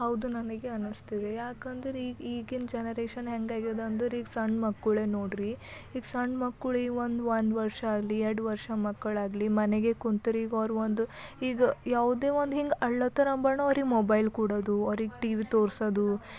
ಹೌದು ನನಗೆ ಅನ್ನಿಸ್ತಿದೆ ಯಾಕಂದ್ರೆ ಈಗಿನ ಜನರೇಷನ್ ಹೆಂಗಾಗ್ಯದ ಅಂದ್ರೀಗ ಸಣ್ಣ ಮಕ್ಕಳೆ ನೋಡ್ರಿ ಈಗ ಸಣ್ಣ ಮಕ್ಕಳೆ ಒಂದು ಒಂದು ವರ್ಷ ಆಗಲಿ ಎರಡು ವರ್ಷ ಮಕ್ಕಳಾಗಲಿ ಮನೆಗೆ ಕುಂತೋರಿಗೆ ಅವ್ರಿಗೆ ಒಂದು ಈಗ ಯಾವುದೇ ಒಂದು ಹಿಂಗೆ ಅಳೋ ಥರ ಮಾಡ್ರೆ ಅವ್ರಿಗೆ ಮೊಬೈಲ್ ಕೊಡೋದು ಅವ್ರಿಗೆ ಟಿವಿ ತೋರಿಸೋದು